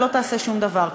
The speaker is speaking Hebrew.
ולא תעשה שום דבר כזה.